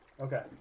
Okay